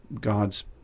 God's